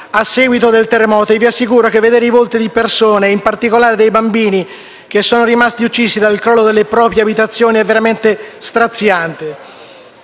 a seguito del terremoto e vi assicuro che vedere i volti di persone, in particolare di bambini, rimasti uccisi dal crollo delle proprie abitazioni, è veramente straziante.